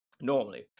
normally